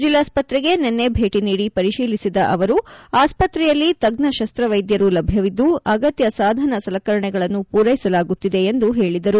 ಜಿಲ್ಲಾಸ್ಪತ್ರೆಗೆ ನಿನ್ನೆ ಭೇಟಿ ನೀಡಿ ಪರಿಶೀಲಿಸಿದ ಅವರು ಆಸ್ವತ್ರೆಯಲ್ಲಿ ತಜ್ಞ ಶಸ್ತ್ರ ವೈದ್ಯರು ಲಭ್ಯವಿದ್ದು ಅಗತ್ಯ ಸಾಧನ ಸಲಕರಣೆಗಳನ್ನು ಪೂರ್ವೆಸಲಾಗುತ್ತಿದೆ ಎಂದು ಹೇಳಿದರು